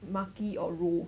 maki or roll